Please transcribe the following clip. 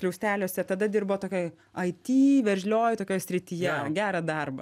skliausteliuose tada dirbot tokioj it veržlioj tokioj srityje gerą darbą